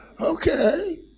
okay